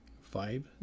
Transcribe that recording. five